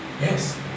Yes